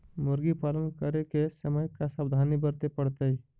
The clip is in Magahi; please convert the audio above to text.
मुर्गी पालन करे के समय का सावधानी वर्तें पड़तई?